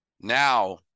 Now